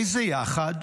איזה יחד?